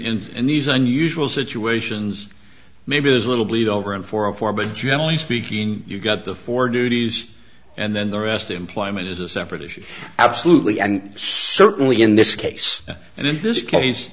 in these unusual situations maybe there's a little bleed over in four of four but generally speaking you've got the four duties and then the rest employment is a separate issue absolutely and certainly in this case and in this case